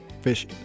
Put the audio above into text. fish